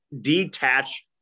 detach